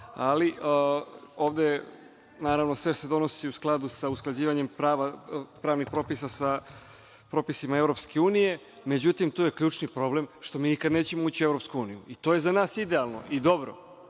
se sve, naravno, donosi u skladu sa usklađivanjem pravnih propisa sa propisima EU.Međutim, tu je ključni problem što mi nikada nećemo ući u EU. To je za nas idealno i dobro,